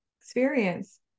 experience